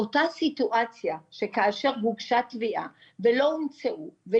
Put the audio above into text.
באותה סיטואציה שכאשר הוגשה תביעה ולא הומצאו המסמכים,